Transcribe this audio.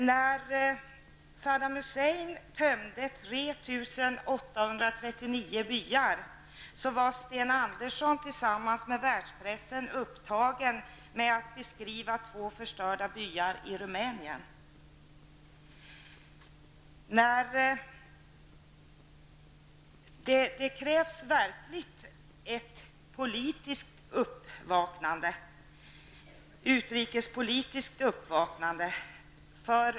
När Saddam Hussein tömde 3 839 byar, var Sten Andersson tillsammans med världspressen upptagen med att beskriva två förstörda byar i Det krävs ett utrikespolitiskt uppvaknande.